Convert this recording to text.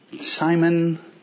Simon